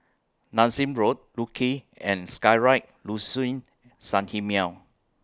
Nassim Road Luge and Skyride Liuxun Sanhemiao